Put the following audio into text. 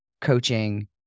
coaching